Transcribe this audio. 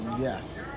Yes